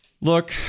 Look